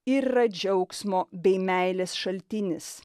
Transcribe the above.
ir yra džiaugsmo bei meilės šaltinis